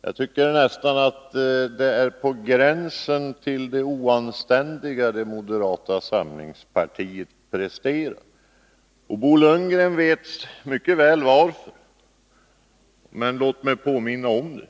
Jag tycker att det moderata samlingspartiet presterar nästan är på gränsen till det oanständiga. Bo Lundgren vet mycket väl varför. Men låt mig påminna om det.